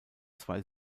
zwei